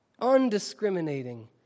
undiscriminating